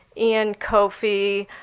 ian coffey,